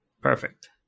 Perfect